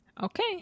Okay